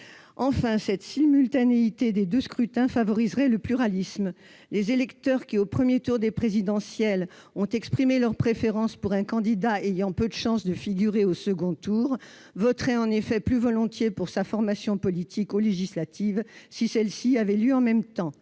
Enfin, cette simultanéité des deux scrutins favoriserait le pluralisme. Les électeurs qui, au premier tour de l'élection présidentielle, ont exprimé leur préférence pour un candidat ayant peu de chances de figurer au second tour voteraient en effet plus volontiers pour sa formation politique aux élections législatives si celles-ci avaient lieu en même temps.